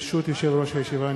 ברשות יושב-ראש הישיבה,